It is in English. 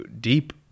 deep